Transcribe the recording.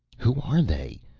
who are they?